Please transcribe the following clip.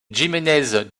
jiménez